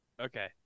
Okay